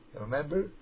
Remember